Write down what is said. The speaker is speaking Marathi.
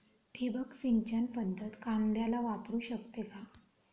ठिबक सिंचन पद्धत कांद्याला वापरू शकते का?